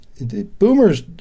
boomers